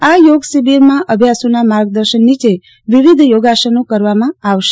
આ શિબિરમાં યોગ અભ્યાસુના માર્ગદર્શન નીચે વિવિધ યોગાસનો કરાવવામાં આવશે